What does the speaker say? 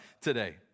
today